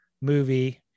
movie